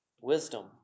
wisdom